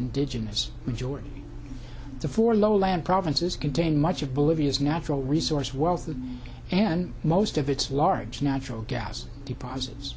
indigenous majority the four lowland provinces contain much of bolivia's natural resource wealth and most of its large natural gas deposits